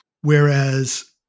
Whereas